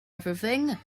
everything